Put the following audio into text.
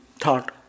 thought